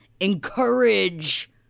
encourage